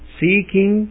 seeking